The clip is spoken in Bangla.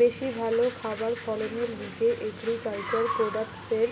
বেশি ভালো খাবার ফলনের লিগে এগ্রিকালচার প্রোডাক্টসের